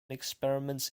experiments